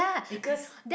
because